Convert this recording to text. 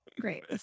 Great